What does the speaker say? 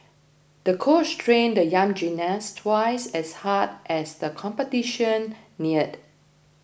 the coach trained the young gymnast twice as hard as the competition neared